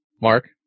Mark